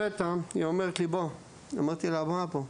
לפתע היא אומרת לי "בוא"; אמרתי לה "מה לבוא,